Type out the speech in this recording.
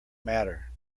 matter